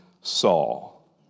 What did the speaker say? Saul